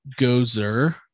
Gozer